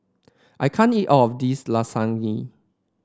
I can't eat all of this Lasagne